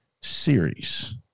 series